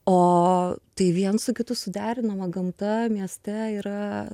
o tai viens su kitu suderinama gamta mieste yra